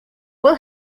will